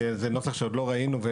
כי זה נוסח שעוד לא ראינו.